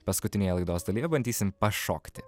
paskutinėje laidos dalyje bandysime pašokti